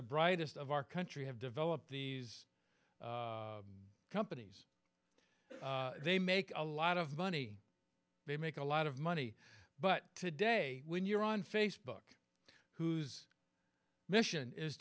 the brightest of our country have developed these companies they make a lot of money they make a lot of money but today when you're on facebook whose mission is